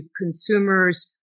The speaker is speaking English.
consumers